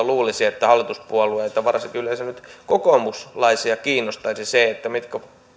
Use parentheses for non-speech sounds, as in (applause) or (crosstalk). (unintelligible) luulisi että hallituspuolueita varsinkin nyt kokoomuslaisia kiinnostaisi se mitkä